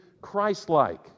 Christ-like